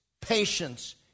patience